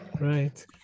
Right